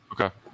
Okay